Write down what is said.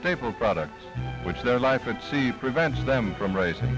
staple products which their life at sea prevents them from racing